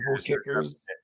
kickers